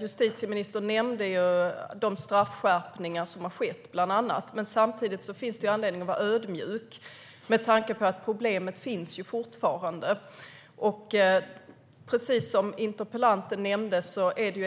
Justitieministern nämnde bland annat de straffskärpningar som har gjorts, men samtidigt finns det anledning att vara ödmjuk med tanke på att problemet fortfarande finns.